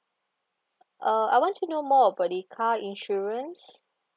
uh I want to know more about the car insurance